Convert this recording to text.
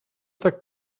tak